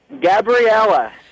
Gabriella